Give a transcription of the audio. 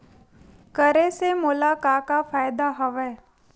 करे से मोला का का फ़ायदा हवय?